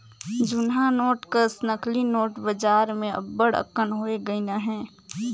जुनहा नोट कस नकली नोट बजार में अब्बड़ अकन होए गइन अहें